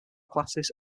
classes